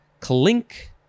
clink